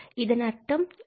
இதன் அர்த்தம் x